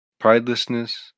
pridelessness